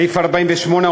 סעיף 48,